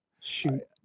Shoot